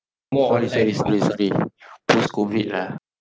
sorry sorry sorry post COVID lah